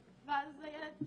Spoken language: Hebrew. ההורים, ואז הילד,